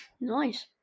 Nice